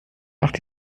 macht